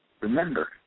Remember